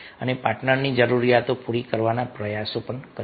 અને પાર્ટનરની જરૂરિયાતો પૂરી કરવાના પ્રયાસો કર્યા